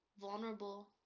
vulnerable